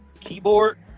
keyboard